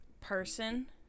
person